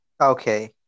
Okay